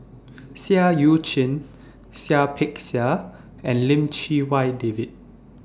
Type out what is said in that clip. Seah EU Chin Seah Peck Seah and Lim Chee Wai David